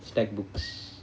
stack books